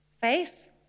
faith